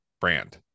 brand